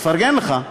מפרגן לך.